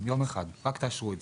אם רק תאשרו לי.